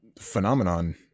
phenomenon